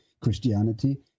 Christianity